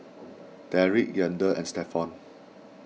Derek Yandel and Stephon